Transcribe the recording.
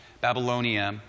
Babylonia